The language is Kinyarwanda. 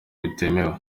bitemewe